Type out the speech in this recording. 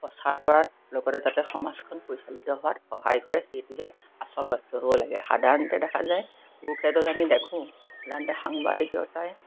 প্ৰচাৰ কৰাৰ লগতে যাতে সমাজখন পৰিচালিত হোৱাত সহায় কৰে সেইটোহে আচল লক্ষ্য হ'ব লাগে সাধাৰণতে দেখা যায় পুৰুষে য'ত আমি দেখোঁ সাধাৰণতে সাংবাদিকতাই